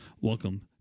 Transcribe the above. welcome